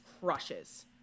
crushes